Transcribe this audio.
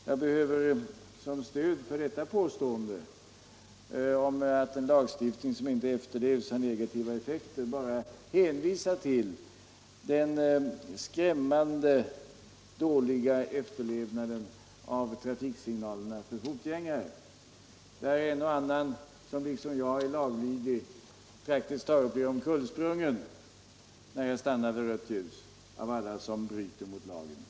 Jag behöver som stöd för detta påstående — att en lagstiftning som inte efterlevs har negativa effekter — bara hänvisa till den skrämmande dåliga respekten för trafik Om pendeltågstra fiken i Storstockholm signalerna för fotgängare. En och annan som -— liksom jag — är laglydig blir ju praktiskt taget omkullsprungen av alla som bryter mot lagen när han stannar vid rött ljus.